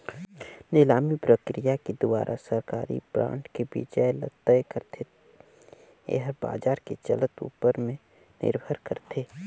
निलामी प्रकिया के दुवारा सरकारी बांड के बियाज ल तय करथे, येहर बाजार के चलत ऊपर में निरभर करथे